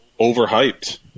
overhyped